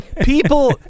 People